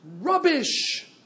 Rubbish